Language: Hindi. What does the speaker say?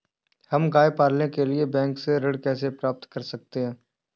हम गाय पालने के लिए बैंक से ऋण कैसे प्राप्त कर सकते हैं?